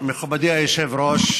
מכובדי היושב-ראש,